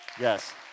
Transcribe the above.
yes